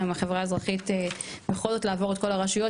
גם עם החברה האזרחית בכל זאת לעבור את כל הרשויות,